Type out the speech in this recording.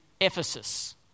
Ephesus